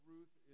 Ruth